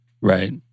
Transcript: Right